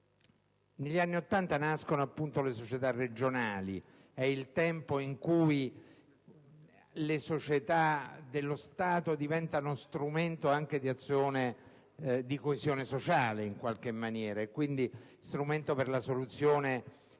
Negli anni Ottanta nascono le società regionali. È il tempo in cui le società dello Stato diventano strumento anche di coesione sociale, e quindi strumento per la soluzione di